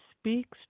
speaks